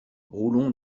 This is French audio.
roulon